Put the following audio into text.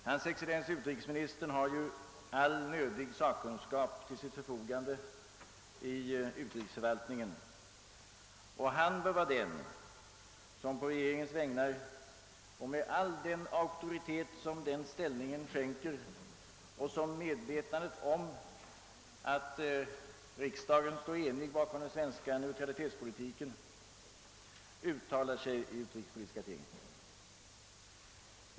Hans excellens utrikesministern har all nödig sakkunskap till sitt förfogande i utrikesförvaltningen och bör vara den som på regeringens vägnar — med all den auktoritet som hans ställning skänker och i medvetande om att riksdagen står enig bakom den svenska neutralitetspolitiken — uttalar sig i utrikespolitiska frågor.